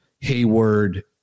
Hayward